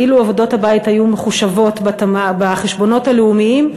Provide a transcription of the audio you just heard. אילו עבודות הבית היו מחושבות בחשבונות הלאומיים,